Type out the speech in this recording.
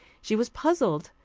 she was puzzled,